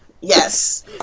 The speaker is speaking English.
Yes